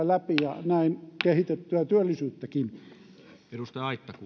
läpi ja näin kehitettyä työllisyyttäkin arvoisa